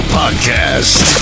podcast